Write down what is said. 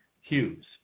Hughes